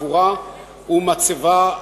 קבורה ומצבה,